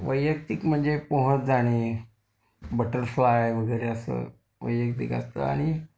वैयक्तिक म्हणजे पोहत जाणे बटरफ्लाय वगैरे असं वैयक्तिक असतं आणि